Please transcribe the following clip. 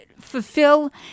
fulfill